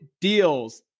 deals